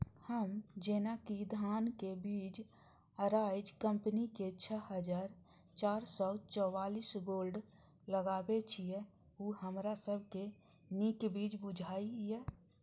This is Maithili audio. हम जेना कि धान के बीज अराइज कम्पनी के छः हजार चार सौ चव्वालीस गोल्ड लगाबे छीय उ हमरा सब के नीक बीज बुझाय इय?